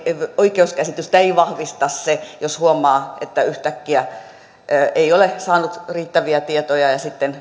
oikeuskäsitystä ei vahvista se jos huomaa että yhtäkkiä ei ole saanut riittäviä tietoja ja sitten